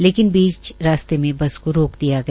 लेकिन बीच रास्ते में बस को रोक दिया गया